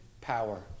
power